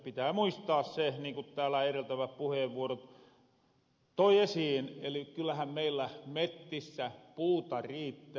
pitää muistaa se niin kun täälä ereltävät puheenvuorot toi esiin eli kyllähän meillä mettissä puuta riittää